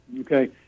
Okay